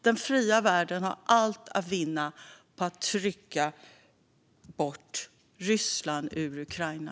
Den fria världen har allt att vinna på att trycka bort Ryssland ur Ukraina.